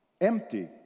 empty